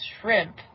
shrimp